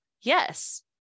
Yes